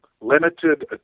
limited